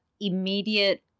immediate